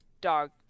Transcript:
dog